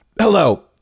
Hello